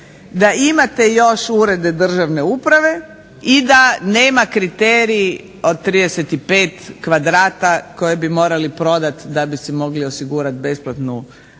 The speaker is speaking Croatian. da imate još urede državne uprave i da nema kriterij od 35 kvadrata koje bi morali prodati da bi si mogli osigurati besplatnu pravnu